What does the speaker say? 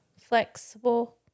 Flexible